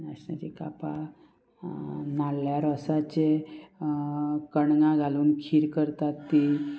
नाशनाची कापां नाल्ला रोसाचे कणगां घालून खीर करतात ती